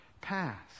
past